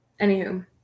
Anywho